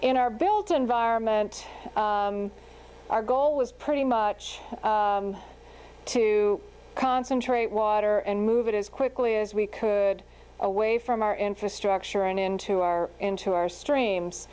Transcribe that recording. in our built environment our goal was pretty much to concentrate water and move it as quickly as we could away from our infrastructure and into our into our streams